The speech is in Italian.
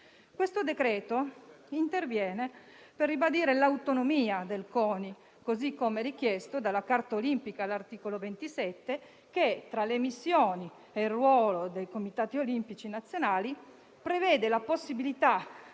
all'esame interviene per ribadire l'autonomia del CONI, così come richiesto dalla Carta olimpica all'articolo 27, che, tra le missioni e il ruolo dei comitati olimpici nazionali, prevede la possibilità